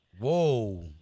Whoa